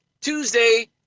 Tuesday